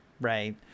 right